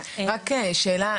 בבקשה.